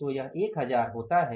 तो यह 1000 होता है